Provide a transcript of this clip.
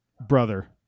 Brother